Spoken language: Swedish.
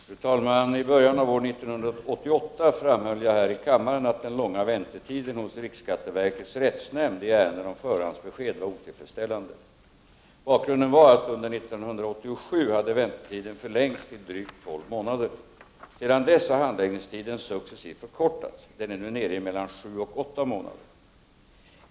Fru talman! I början av år 1988 framhöll jag här i kammaren att den långa väntetiden hos riksskatteverkets rättsnämnd i ärenden om förhandsbesked var otillfredsställande. Bakgrunden var att väntetiden under år 1987 hade förlängts till drygt tolv månader. Sedan dess har handläggningstiden successivt förkortats. Den är nu nere i mellan sju och åtta månader.